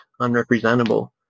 unrepresentable